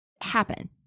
happen